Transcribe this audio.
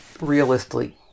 realistically